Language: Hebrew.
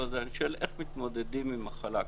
אני שואל איך מתמודדים עם מחלה כזאת.